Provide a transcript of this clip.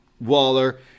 Waller